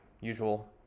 usual